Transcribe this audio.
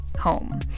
home